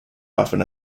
often